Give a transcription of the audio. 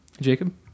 Jacob